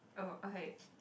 oh okay